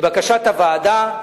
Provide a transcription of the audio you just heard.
לבקשת הוועדה,